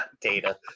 Data